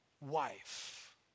wife